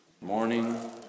morning